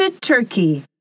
turkey